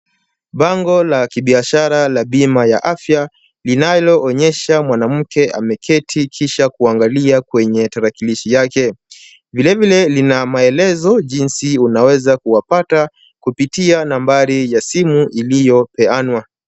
Bango la kibiashara la bima ya afya linaloonyesha mwanamke ameketi kisha kuangalia kwenye tarakilishi yake. Vilevile lina maelezo jinsi unaweza kuwapata kupitia nambari ya simu iliyopeanwa.